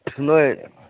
ꯅꯣꯏ